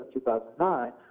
2009